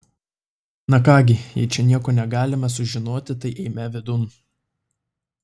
na ką gi jei čia nieko negalime sužinoti tai eime vidun